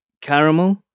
caramel